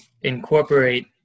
incorporate